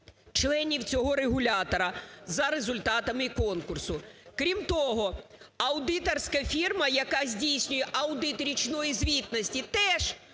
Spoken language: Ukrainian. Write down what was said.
членів цього регулятора за результатами конкурсу. Крім того, аудиторська фірма, яка здійснює аудит річної звітності, теж